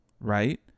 right